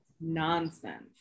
nonsense